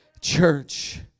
church